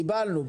קיבלנו.